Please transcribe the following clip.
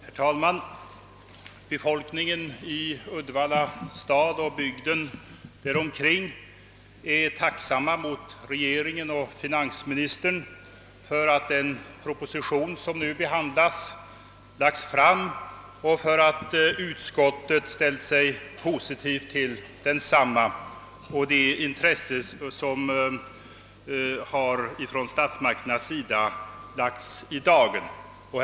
Herr talman! Befolkningen i Uddevalla stad och bygden där omkring är tacksam mot regeringen och finansministern för att den proposition som nu behandlas har lagts fram och för att utskottet har ställt sig positivt till den samma. Tacksamheten gäller också det intresse som från statsmakternas sida lagts i dagen.